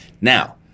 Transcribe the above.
Now